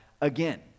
again